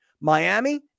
Miami